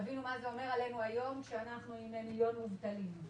תבינו מה זה אומר עלינו היום שאנחנו עם מיליון מובטלים.